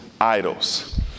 idols